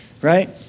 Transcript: right